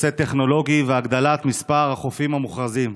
הנושא הטכנולוגי והגדלת מספר החופים המוכרזים.